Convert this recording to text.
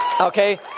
okay